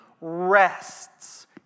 rests